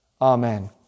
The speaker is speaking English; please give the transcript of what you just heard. Amen